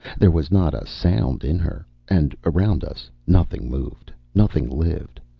there was not a sound in her and around us nothing moved, nothing lived,